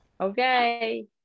Okay